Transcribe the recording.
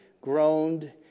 groaned